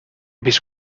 vist